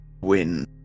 Win